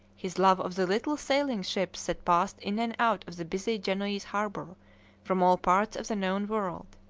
his love of the little sailing ships that passed in and out of the busy genoese harbour from all parts of the known world.